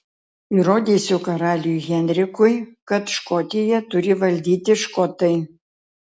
įrodysiu karaliui henrikui kad škotiją turi valdyti škotai